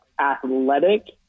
Athletic